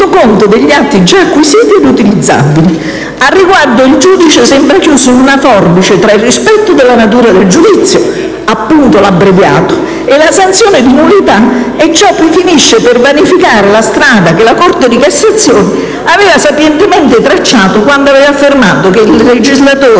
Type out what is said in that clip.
conto degli atti già acquisiti ed utilizzabili". Al riguardo il giudice sembra chiuso in una forbice tra il rispetto della natura del giudizio ("abbreviato", per l'appunto) e la sanzione di nullità, e ciò finisce per vanificare la strada che la Corte di cassazione aveva sapientemente tracciato allorquando aveva affermato che il legislatore,